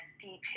details